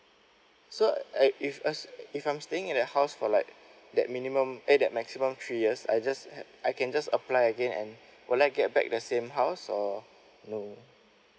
so I if as~ if I'm staying at the house for like that minimum eh that maximum three years I just had I can just apply again and will I get back the same house or no